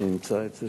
אני אמצא את זה.